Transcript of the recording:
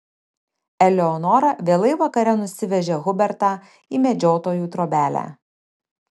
eleonora vėlai vakare nusivežė hubertą į medžiotojų trobelę